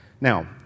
Now